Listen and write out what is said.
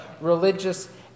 religious